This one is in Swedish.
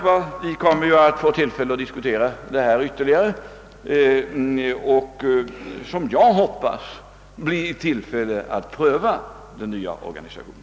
Vi får emellertid som sagt tillfälle att diskutera detta spörsmål ytterligare och, som jag hoppas, även pröva den nya organisationen.